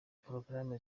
porogaramu